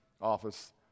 office